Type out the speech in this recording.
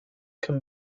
can